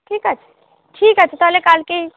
ঠিক আছে ঠিক আছে তাহলে কালকেই